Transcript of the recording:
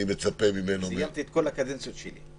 סיימתי את כל הקדנציות שלי.